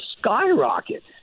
skyrocket